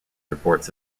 reports